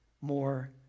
more